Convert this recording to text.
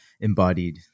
embodied